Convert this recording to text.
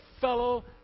fellow